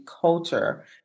culture